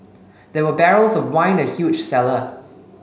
there were barrels of wine in huge cellar